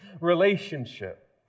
relationship